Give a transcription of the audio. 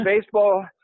Baseball